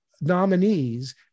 nominees